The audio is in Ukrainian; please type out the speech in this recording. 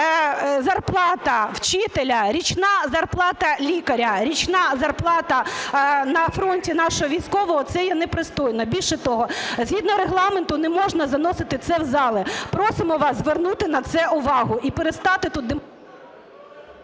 зарплата вчителя, річна зарплата лікаря, річна зарплата на фронті нашого військового – це є непристойно. Більше того, згідно Регламенту, не можна заносити це в зал. Просимо вас звернути на це увагу і перестати тут… ГОЛОВУЮЧИЙ.